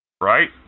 Right